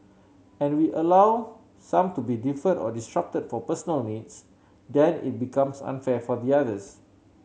and we allow some to be deferred or disrupted for personal needs then it becomes unfair for the others